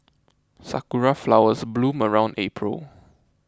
sakura flowers bloom around April